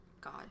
God